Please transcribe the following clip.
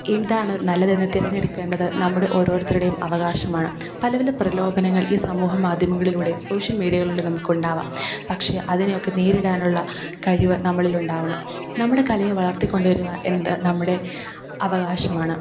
എന്താണ് നല്ലതെന്നു തിരഞ്ഞെടുക്കേണ്ടത് നമ്മുടെ ഓരോരുത്തരുടെയും അവകാശമാണ് പല പല പ്രലോഭനങ്ങൾ ഈ സമൂഹ മാധ്യമങ്ങളിലൂടെയും സോഷ്യൽ മീഡിയകളിലും നമുക്കുണ്ടാകാം പക്ഷെ അതിനെയൊക്കെ നേരിടാനുള്ള കഴിവു നമ്മളിലുണ്ടാകണം നമ്മുടെ കലയെ വളർത്തി കൊണ്ടു വരിക എന്നതു നമ്മുടെ അവകാശമാണ്